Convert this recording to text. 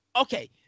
Okay